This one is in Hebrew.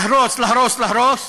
להרוס, להרוס, להרוס.